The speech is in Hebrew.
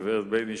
הגברת בייניש,